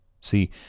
See